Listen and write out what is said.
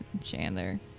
Chandler